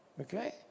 okay